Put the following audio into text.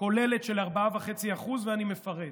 כוללת של 4.5%, ואני מפרט: